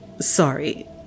Sorry